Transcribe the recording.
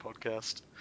podcast